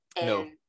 No